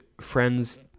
friends